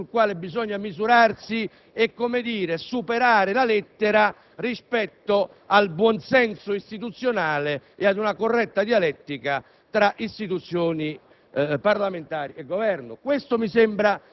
il punto di interpretazione sul quale bisogna misurarsi e superare la lettera rispetto al buonsenso istituzionale e ad una corretta dialettica tra istituzioni